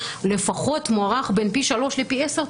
הוא לפחות מוערך בין פי שלושה לפי עשרה,